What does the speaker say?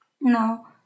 No